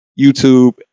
YouTube